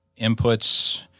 inputs